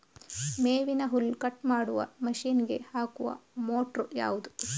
ಮೇವಿನ ಹುಲ್ಲು ಕಟ್ ಮಾಡುವ ಮಷೀನ್ ಗೆ ಹಾಕುವ ಮೋಟ್ರು ಯಾವುದು?